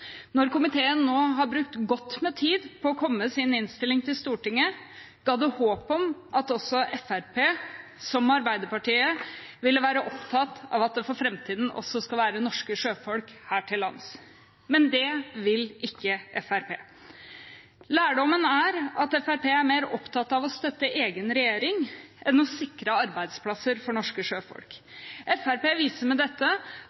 Når komiteen nå har brukt godt med tid på å komme med sin innstilling til Stortinget, ga det håp om at også Fremskrittspartiet – som Arbeiderpartiet – ville være opptatt av at det for framtiden også skal være norske sjøfolk her til lands, men det vil ikke Fremskrittspartiet. Lærdommen er at Fremskrittspartiet er mer opptatt av å støtte egen regjering enn å sikre arbeidsplasser for norske sjøfolk. Fremskrittspartiet viser med dette